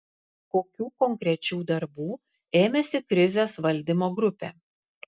kokių konkrečių darbų ėmėsi krizės valdymo grupė